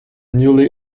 newly